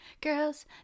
Girls